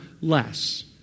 less